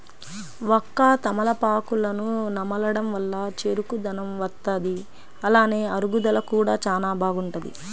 వక్క, తమలపాకులను నమలడం వల్ల చురుకుదనం వత్తది, అలానే అరుగుదల కూడా చానా బాగుంటది